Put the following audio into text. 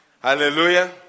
Hallelujah